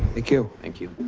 thank you. thank you.